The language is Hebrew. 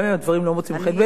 גם אם הדברים לא מוצאים חן,